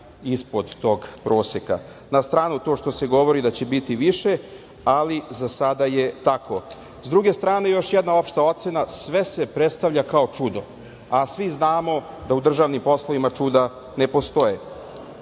ispod tog proseka. Na stranu to što se govori da će biti više, ali za sada je tako. Sa druge strane još jedna opšta ocena sve se prestavlja kao čudo, a svi znamo da u državnim poslovima čuda ne postoje.